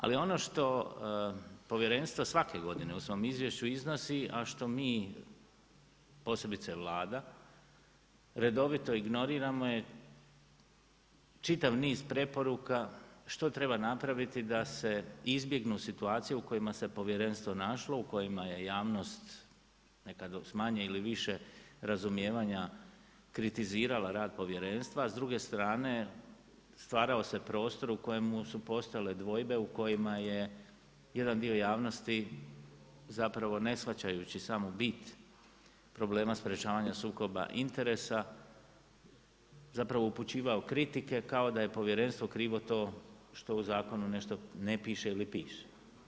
Ali ono što povjerenstvo svake godine u svom izvješću iznosi, a što mi posebice Vlada redovito ignoriramo je čitav niz preporuka što treba napraviti da se izbjegnu situacije u kojima se povjerenstvo našlo, u kojima je javnost nekada s manje ili više razumijevanja kritizirala rad povjerenstva, a s druge strane stvarao se prostor u kojemu su postojale dvojbe u kojima je jedan dio javnosti zapravo ne shvaćajući samu bit problema sprječavanja sukoba interesa zapravo upućivao kritike kao da je povjerenstvo krivo to što u zakonu nešto ne piše ili piše.